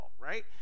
right